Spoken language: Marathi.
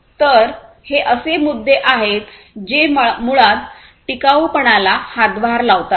तर हे असे मुद्दे आहेत जे मुळात टिकाऊपणाला हातभार लावतात